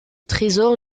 trésor